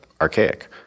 archaic